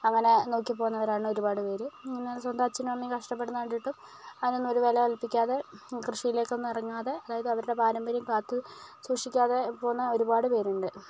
അങ്ങനെ നോക്കി പോകുന്നവരാണ് ഒരുപാട് പേര് സ്വന്തം അച്ഛനും അമ്മയും കഷ്ടപ്പെടുന്നത് കണ്ടിട്ടും അതിനൊന്നും ഒരു വില കൽപ്പിക്കാതെ കൃഷിയിലേക്കൊന്നും ഇറങ്ങാതെ അതായത് അവരുടെ പാരമ്പര്യം കാത്തുസൂക്ഷിക്കാതെ പോകുന്ന ഒരുപാട് പേരുണ്ട്